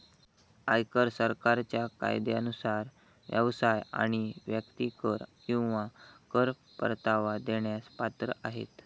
आयकर सरकारच्या कायद्यानुसार व्यवसाय आणि व्यक्ती कर किंवा कर परतावा देण्यास पात्र आहेत